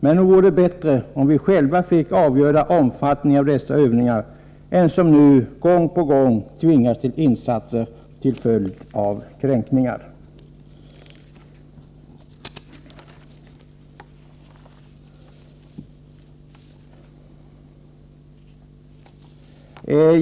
Men nog vore det bättre om vi själva fick avgöra omfattningen av dessa övningar än att som nu, gång på gång, tvingas till insatser till följd av kränkningar.